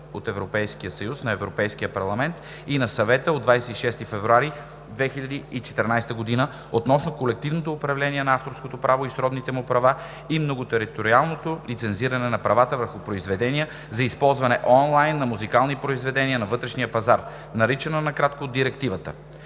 2014/26/ЕС на Европейския парламент и на Съвета от 26 февруари 2014 г. относно колективното управление на авторското право и сродните му права и многотериториалното лицензиране на правата върху произведения за използване онлайн на музикални произведения на вътрешния пазар, наричана накратко „Директивата“.